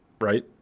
right